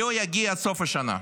לא יגיע עד סוף השנה.